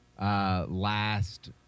last